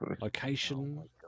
Location